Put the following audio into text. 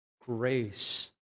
grace